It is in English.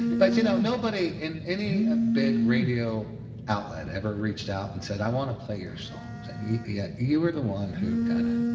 but you know, nobody in any ah big radio outlet ever reached out and said, i want to play your songs. and yet, yeah you were the one who kind of.